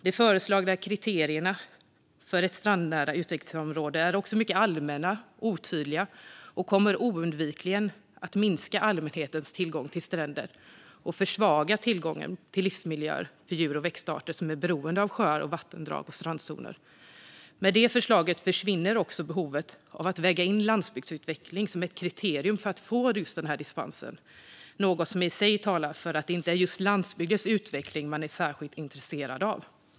De föreslagna kriterierna för ett strandnära utvecklingsområde är också mycket allmänna och otydliga och kommer oundvikligen att minska allmänhetens tillgång till stränder och försvaga tillgången till livsmiljöer för djur och växtarter som är beroende av sjöar, vattendrag och strandzoner. Med regeringens förslag försvinner också behovet av att väga in landsbygdsutveckling som ett kriterium för att få dispens - något som i sig talar för att det inte är just landsbygdens utveckling man är särskilt intresserad av.